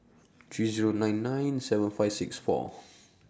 three Zero nine nine seven five six four